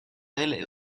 elle